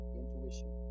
intuition